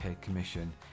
commission